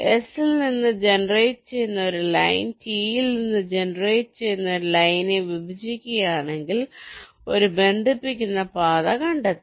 S ൽ നിന്ന് generate ചെയ്യുന്ന ഒരു ലൈൻ T യിൽ നിന്ന് ജനറേറ്റ് ചെയ്യുന്ന ഒരു ലൈനിനെ വിഭജിക്കുകയാണെങ്കിൽ ഒരു ബന്ധിപ്പിക്കുന്ന പാത കണ്ടെത്തും